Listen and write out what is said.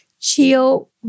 chill